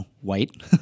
white